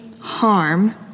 harm